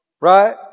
Right